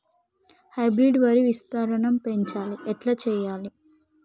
Hybrid వరి విస్తీర్ణం పెంచాలి ఎట్ల చెయ్యాలి?